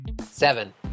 Seven